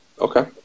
Okay